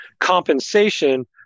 compensation